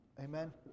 Amen